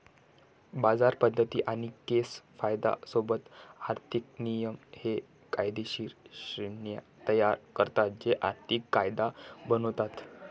बाजार पद्धती आणि केस कायदा सोबत आर्थिक नियमन हे कायदेशीर श्रेण्या तयार करतात जे आर्थिक कायदा बनवतात